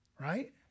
Right